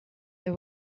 they